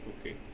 Okay